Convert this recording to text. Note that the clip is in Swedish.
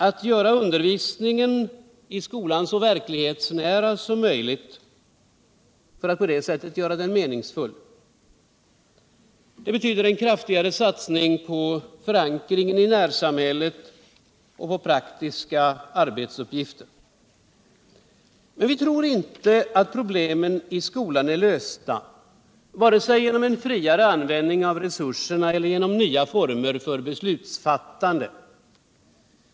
att göra undervisningen i skolan så verklighetsnära som möjligt — för att på det sättet göra den meningsfull. Det betyder en kraftigare satsning på förankringen 1 närsamhället och på praktiska arbetsuppgifter. Vi tror inte att problemen i skolan är lösta. vare sig genom en friare användning av resurserna eller genom nya former för beslutsfattande.